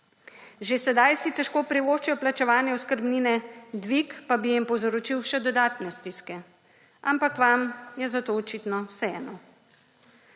Že sedaj si težko privoščijo plačevanje oskrbnine, dvig pa bi jim povzročil še dodatne stiske. Ampak vam je za to očitno vseeno.